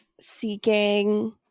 seeking